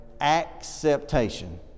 acceptation